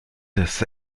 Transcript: des